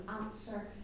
answer